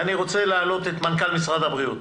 אני רוצה להעלות את מנכ"ל משרד הבריאות